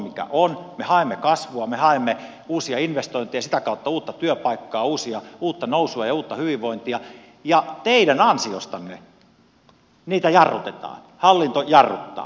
me haemme kasvua me haemme uusia investointeja sitä kautta uutta työpaikkaa uutta nousua ja uutta hyvinvointia ja teidän ansiostanne niitä jarrutetaan hallinto jarruttaa